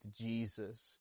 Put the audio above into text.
Jesus